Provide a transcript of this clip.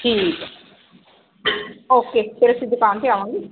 ਠੀਕ ਹੈ ਓਕੇ ਫਿਰ ਅਸੀਂ ਦੁਕਾਨ 'ਤੇ ਆਵਾਂਗੇ